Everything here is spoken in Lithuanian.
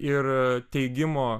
ir teigimo